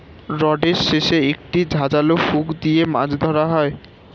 রডের শেষে একটি ধারালো হুক দিয়ে মাছ ধরা হয়